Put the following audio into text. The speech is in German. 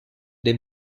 dem